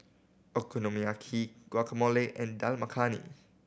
Okonomiyaki Guacamole and Dal Makhani